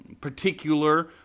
particular